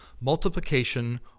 multiplication